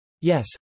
Yes